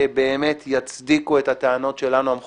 שבאמת יצדיקו את הטענות שלנו, המחוקק,